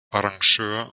arrangeur